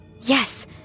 Yes